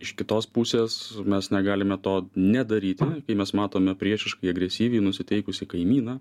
iš kitos pusės mes negalime to nedaryti kai mes matome priešiškai agresyviai nusiteikusį kaimyną